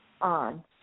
on